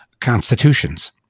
constitutions